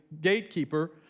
gatekeeper